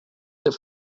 that